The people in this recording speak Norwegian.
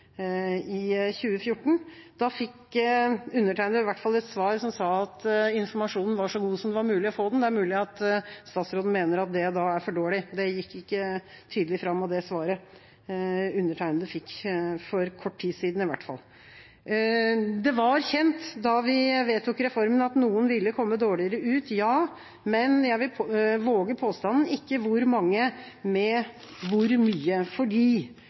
i slutten av oktober i 2014. Da fikk undertegnede i hvert fall et svar som sa at informasjonen var så god som det var mulig å få den. Det er mulig at statsråden mener at det da er for dårlig – det gikk ikke tydelig fram av det svaret undertegnede fikk for kort tid siden, i hvert fall. Det var kjent da vi vedtok reformen, at noen ville komme dårligere ut, men jeg vil våge påstanden: ikke hvor mange og med hvor mye.